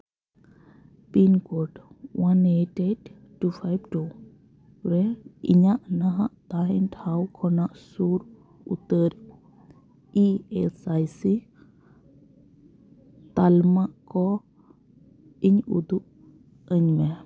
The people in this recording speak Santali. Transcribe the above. pin code one eight eight two five two ᱨᱮ ᱤᱧᱟᱹᱜ ᱱᱟᱦᱟᱜ ᱛᱟᱦᱮᱱ ᱴᱷᱟᱶ ᱠᱷᱚᱱᱟᱜ ᱥᱩᱨ ᱩᱛᱟᱹᱨ ᱤ ᱮᱥ ᱟᱭ ᱥᱤ ᱛᱟᱞᱢᱟ ᱠᱚ ᱤᱧ ᱩᱫᱩᱜ ᱟᱹᱧ ᱢᱮ